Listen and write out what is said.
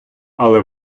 але